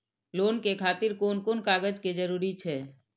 Loan के खातिर कोन कोन कागज के जरूरी छै?